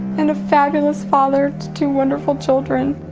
and fabulous father to two wonderful children.